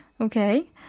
Okay